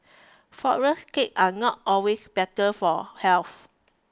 Flourless Cakes are not always better for health